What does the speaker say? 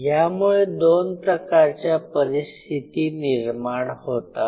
यामुळे दोन प्रकारच्या परिस्थिती निर्माण होतात